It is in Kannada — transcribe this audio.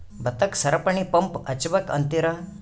ಭತ್ತಕ್ಕ ಸರಪಣಿ ಪಂಪ್ ಹಚ್ಚಬೇಕ್ ಅಂತಿರಾ?